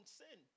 sin